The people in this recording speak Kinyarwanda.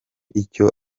icyo